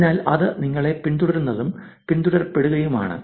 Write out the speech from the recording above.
അതിനാൽ അത് നിങ്ങളെ പിന്തുടരുന്നതും പിന്തുടരപെടുകയുമാണ്